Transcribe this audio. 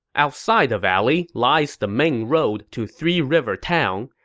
outside the valley lies the main road to three river town,